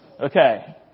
Okay